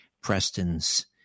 Preston's